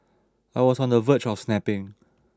I was on the verge of snapping